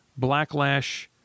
Blacklash